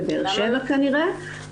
בבאר שבע כנראה,